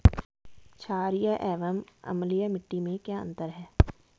छारीय एवं अम्लीय मिट्टी में क्या अंतर है?